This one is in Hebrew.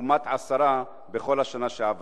לעומת עשרה בכל השנה שעברה.